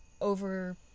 over